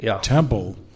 temple